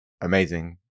amazing